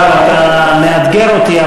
עכשיו אתה מאתגר אותי,